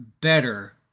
better